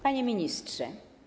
Panie Ministrze!